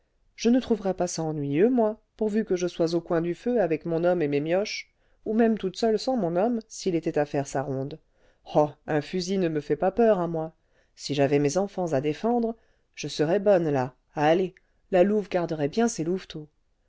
je ne trouverais pas ça ennuyeux moi pourvu que je sois au coin du feu avec mon homme et mes mioches ou même toute seule sans mon homme s'il était à faire sa ronde oh un fusil ne me fait pas peur à moi si j'avais mes enfants à défendre je serais bonne là allez la louve garderait bien ses louveteaux